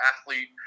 athlete